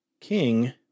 king